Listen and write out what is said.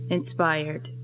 Inspired